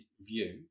view